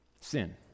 Sin